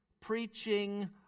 preaching